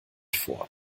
vor